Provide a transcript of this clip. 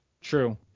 True